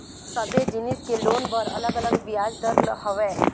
सबे जिनिस के लोन बर अलग अलग बियाज दर हवय